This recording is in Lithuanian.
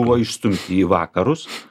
buvo išstumti į vakarus